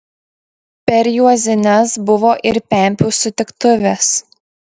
per juozines buvo ir pempių sutiktuvės